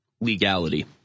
Legality